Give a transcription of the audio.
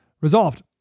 resolved